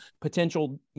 potential